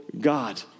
God